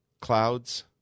clouds